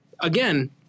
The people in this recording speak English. Again